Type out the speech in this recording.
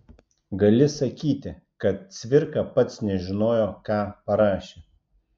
gali sakyti kad cvirka pats nežinojo ką parašė